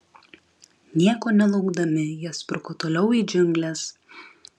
nieko nelaukdami jie spruko toliau į džiungles